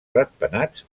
ratpenats